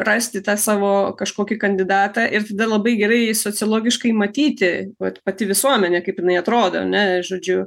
rasti tą savo kažkokį kandidatą ir tada labai gerai sociologiškai matyti vat pati visuomenė kaip jinai atrodo ar ne žodžiu